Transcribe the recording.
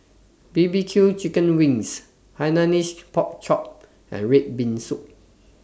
Bbq Chicken Wings Hainanese Pork Chop and Red Bean Soup